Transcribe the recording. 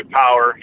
power